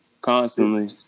Constantly